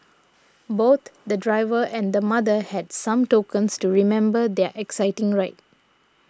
both the driver and the mother had some tokens to remember their exciting ride